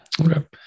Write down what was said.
Okay